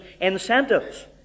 incentives